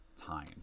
time